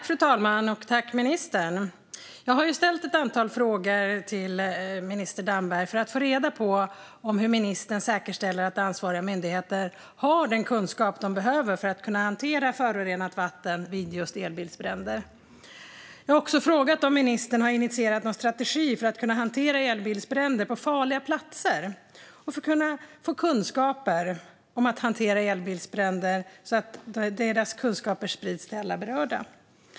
Fru talman! Jag tackar ministern för svaret. Jag har ställt ett antal frågor till minister Damberg för att få reda på hur ministern säkerställer att ansvariga myndigheter har den kunskap som de behöver för att kunna hantera förorenat vatten vid just elbilsbränder. Jag har också frågat om ministern har initierat någon strategi för att kunna hantera elbilsbränder på farliga platser och för att få kunskaper om att hantera elbilsbränder, så att kunskapen sprids till alla berörda.